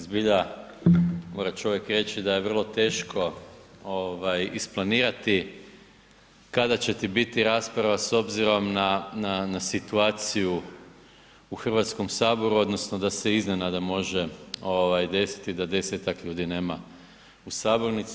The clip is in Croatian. Zbilja mora čovjek reći da je vrlo teško isplanirati kada će ti biti rasprava s obzirom na situaciju u Hrvatskom saboru odnosno da se iznenada može desiti da desetak ljudi nema u sabornici.